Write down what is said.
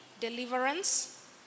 deliverance